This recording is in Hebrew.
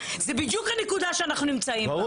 זה בדיוק הנקודה שאנחנו נמצאים בה.